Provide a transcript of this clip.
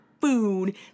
food